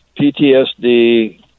PTSD